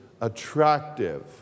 attractive